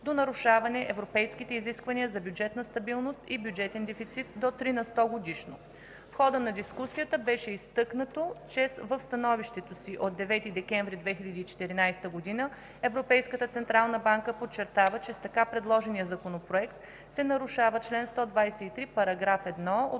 до нарушаване европейските изисквания за бюджетна стабилност и бюджетен дефицит до 3 на сто годишно. В хода на дискусията беше изтъкнато, че в становището си от 9 декември 2014 г. Европейската централна банка подчертава, че с така предложения Законопроект се нарушава чл. 123, параграф 1